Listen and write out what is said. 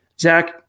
Zach